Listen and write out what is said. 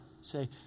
Say